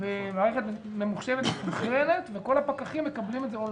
ומערכת ממוחשבת --- וכל הפקחים מקבלים את זה און-ליין.